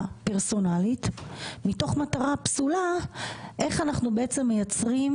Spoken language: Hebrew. פרסונלית מתוך מטרה פסולה איך אנחנו בעצם מייצרים